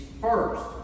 first